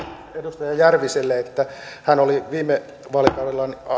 edustaja järviselle kun hän oli viime vaalikaudella